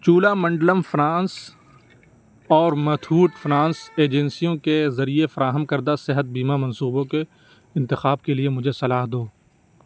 چولا Mandalam finance اور Muthoot finance ایجنسیوں کے ذریعہ فراہم کردہ صحت بیمہ منصوبوں کے انتخاب کے لیے مجھے صلاح دو